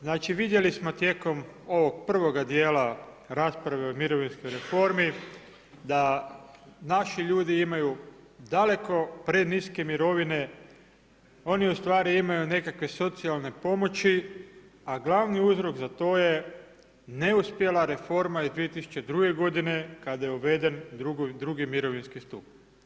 Znači vidjeli smo tijekom ovog prvoga dijela rasprave o mirovinskoj reformi da naši ljudi imaju daleko preniske mirovine, oni ustvari imaju nekakve socijalne pomoći, a glavni uzrok za to je neuspjela reforma iz 2002. godine kada je uveden II. mirovinski stup.